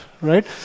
right